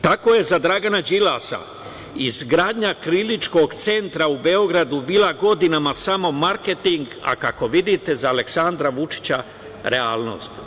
Tako je za Dragana Đilasa izgradnja Kliničkog centra u Beogradu bio godinama samo marketing, a kako vidite za Aleksandra Vučića realnost.